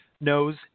knows